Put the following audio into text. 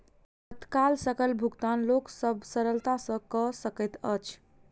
तत्काल सकल भुगतान लोक सभ सरलता सॅ कअ सकैत अछि